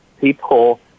people